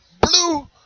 blue